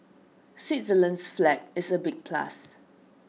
Switzerland's flag is a big plus